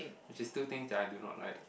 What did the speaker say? which is two things that I do not like